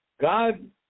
God